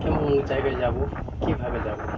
কেমন জায়গায় যাবো কীভাবে যাবো